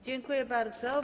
Dziękuję bardzo.